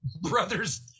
Brothers